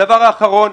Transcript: הדבר האחרון.